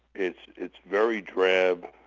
it's it's very drab.